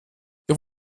ich